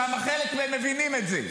חלק מהם מבינים את זה.